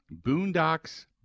Boondocks